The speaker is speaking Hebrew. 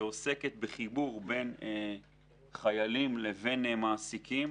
שעוסקת בחיבור בין חיילים לבין מעסיקים,